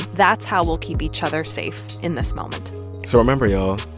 that's how we'll keep each other safe in this moment so remember, y'all,